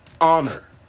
Honor